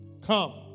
Come